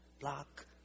block